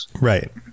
Right